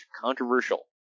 controversial